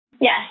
Yes